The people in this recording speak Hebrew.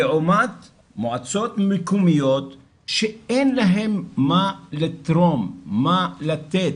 לעומת מועצות מקומיות שאין להן מה לתרום, מה לתת.